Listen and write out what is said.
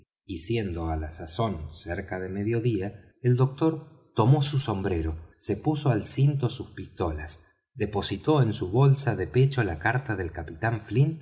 siendo á la sazón cerca de medio día el doctor tomó su sombrero se puso al cinto sus pistolas depositó en su bolsa de pecho la carta del capitán flint y